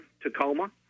Tacoma